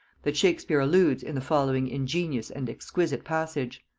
that shakespear alludes in the following ingenious and exquisite passage.